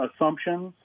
assumptions